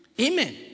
Amen